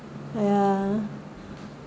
ya